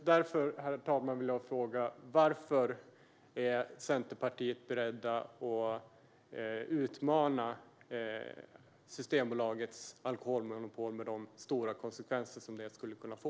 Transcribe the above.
Därför, herr talman, vill jag fråga: Varför är Centerpartiet berett att utmana Systembolagets alkoholmonopol med de stora konsekvenser som det skulle kunna få?